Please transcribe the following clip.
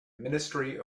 ministry